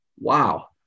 wow